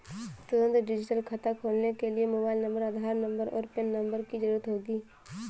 तुंरत डिजिटल खाता खोलने के लिए मोबाइल नंबर, आधार नंबर, और पेन नंबर की ज़रूरत होगी